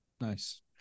nice